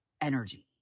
energy